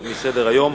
מסדר-היום.